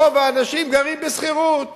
רוב האנשים גרים בשכירות